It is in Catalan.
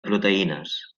proteïnes